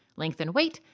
length and weight,